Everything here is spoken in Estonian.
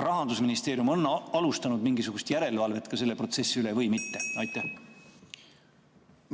Rahandusministeerium alustanud mingisugust järelevalvet selle protsessi üle või mitte?